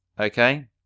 Okay